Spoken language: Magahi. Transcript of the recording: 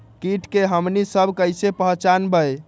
किट के हमनी सब कईसे पहचान बई?